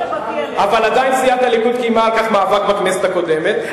אבל עדיין סיעת הליכוד קיימה על כך מאבק בכנסת הקודמת.